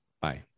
Bye